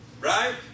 Right